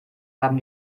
haben